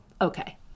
Okay